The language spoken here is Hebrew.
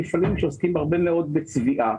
מפעלים שמתעסקים הרבה מאוד בצביעה,